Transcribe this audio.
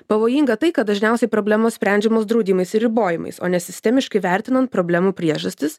pavojinga tai kad dažniausiai problemos sprendžiamos draudimais ir ribojimais o ne sistemiškai vertinant problemų priežastis